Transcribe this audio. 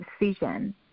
decision